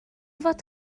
fod